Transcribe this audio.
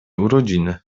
urodziny